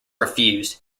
refused